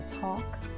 talk